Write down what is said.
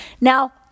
now